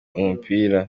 umupira